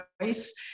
voice